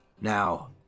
Now